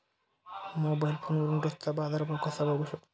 Mobile फोनवरून रोजचा बाजारभाव कसा बघू शकतो?